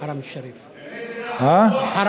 תראה איזה נחת רוח אתה עושה לאחמד טיבי.